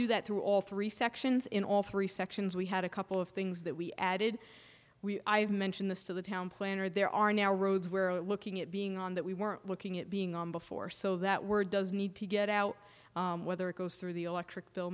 do that through all three sections in all three sections we had a couple of things that we added we i've mentioned this to the town planner there are now roads were looking at being on that we weren't looking at being on before so that word does need to get out whether it goes through the electric bill